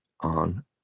on